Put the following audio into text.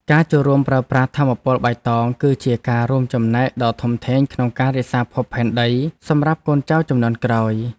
ការចូលរួមប្រើប្រាស់ថាមពលបៃតង គឺជាការរួមចំណែកដ៏ធំធេងក្នុងការរក្សាភពផែនដីសម្រាប់កូនចៅជំនាន់ក្រោយ។